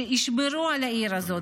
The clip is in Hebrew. ישמרו על העיר הזאת.